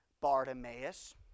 Bartimaeus